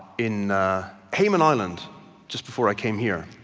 in hayman island just before i came here,